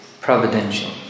providential